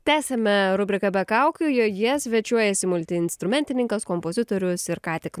tęsiame rubriką be kaukių joje svečiuojasi multiinstrumentininkas kompozitorius ir ką tik